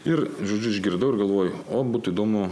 ir žodžiu išgirdau ir galvoju o būtų įdomu